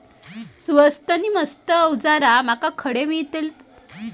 स्वस्त नी मस्त अवजारा माका खडे मिळतीत?